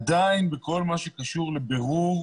עדיין, בכל מה שקשור לבירור